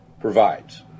provides